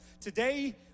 Today